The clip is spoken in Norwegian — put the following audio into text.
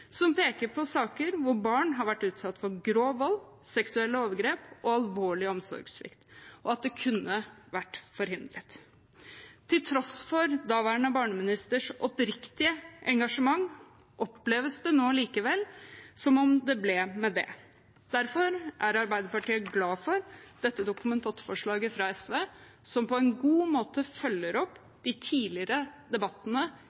som peker på saker hvor barn har vært utsatt for grov vold, seksuelle overgrep og alvorlig omsorgssvikt, og at det kunne ha vært forhindret. Til tross for daværende barneministers oppriktige engasjement oppleves det nå likevel som om det ble med det. Derfor er Arbeiderpartiet glad for dette Dokument 8-forslaget fra SV, som på en god måte følger opp de tidligere debattene